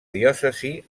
diòcesi